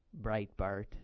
Breitbart